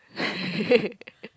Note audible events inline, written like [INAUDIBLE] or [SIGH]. [LAUGHS]